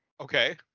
Okay